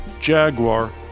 Jaguar